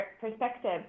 perspective